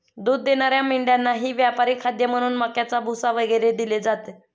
दूध देणाऱ्या मेंढ्यांनाही व्यापारी खाद्य म्हणून मक्याचा भुसा वगैरे दिले जाते